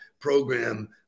program